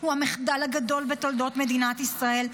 הוא המחדל הגדול בתולדות מדינת ישראל,